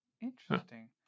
Interesting